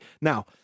now